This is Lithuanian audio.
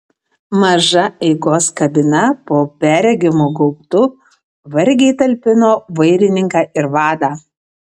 maža eigos kabina po perregimu gaubtu vargiai talpino vairininką ir vadą